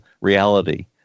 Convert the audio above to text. reality